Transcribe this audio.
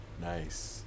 Nice